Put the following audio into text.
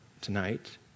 tonight